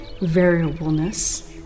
variableness